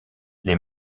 les